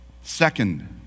Second